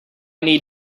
need